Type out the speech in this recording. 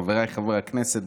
חבריי חברי הכנסת,